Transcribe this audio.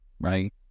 right